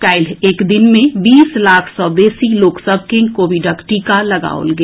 काल्हि एक दिन मे बीस लाख सँ बेसी लोक सभ के कोविडक टीका लगाओल गेल